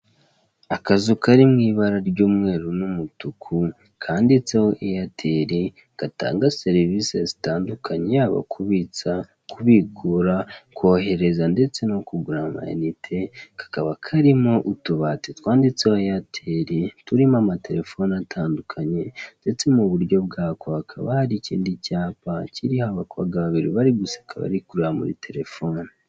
Akazu kari mu ibara ry'umweru n'umutuku kanditseho eyateri, gatanga serivisi zitandukanye yaba kubitsa, kubikura, kohereza, ndetse no kugura amayinite kakaba karimo utubati twanditseho eyeteri turimo amaterefone atandukanye ndetse m'uburyo bwako hakaba hari ikindi cyapa kiriho abakobwa babiri bari guseka bari kureba muri terefone.